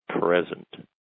present